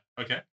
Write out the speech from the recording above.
okay